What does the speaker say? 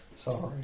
Sorry